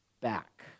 back